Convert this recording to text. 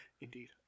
Indeed